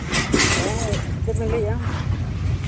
ᱦᱮᱸ ᱪᱮᱫ ᱵᱮᱱ ᱞᱟᱹᱭᱮᱫᱼᱟ